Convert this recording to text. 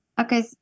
Okay